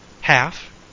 Half